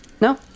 No